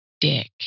dick